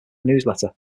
newsletter